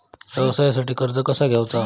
व्यवसायासाठी कर्ज कसा घ्यायचा?